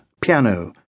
Piano